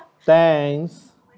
thanks